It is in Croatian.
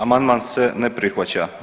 Amandman se ne prihvaća.